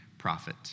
prophet